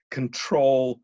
control